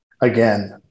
Again